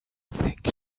think